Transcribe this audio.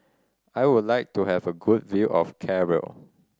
I would like to have a good view of Cairo